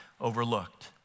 overlooked